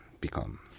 become